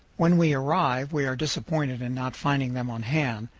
when we arrive we are disappointed in not finding them on hand,